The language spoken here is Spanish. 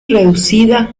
reducida